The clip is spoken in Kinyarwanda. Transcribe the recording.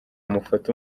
mufate